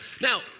Now